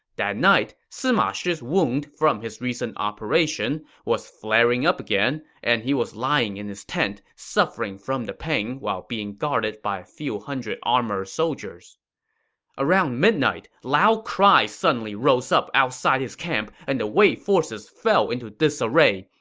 that night, sima shi's wound from his recent operation was flaring up, and he was lying in his tent, suffering from the pain while being guarded by a few hundred armored soldiers around midnight, loud cries suddenly rose up outside his camp and the wei forces fell into disarray.